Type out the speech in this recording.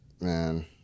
man